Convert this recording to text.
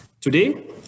Today